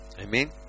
Amen